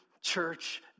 church